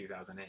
2008